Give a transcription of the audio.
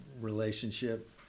relationship